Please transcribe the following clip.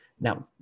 Now